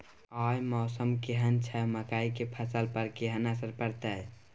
आय मौसम केहन छै मकई के फसल पर केहन असर परतै?